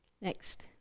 Next